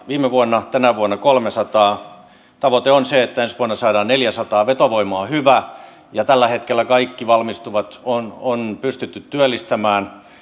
viime vuonna ja tänä vuonna kolmesataa ja tavoite on se että ensi vuonna saadaan neljäsataa vetovoima on hyvä ja tällä hetkellä kaikki valmistuvat on on pystytty työllistämään